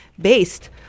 based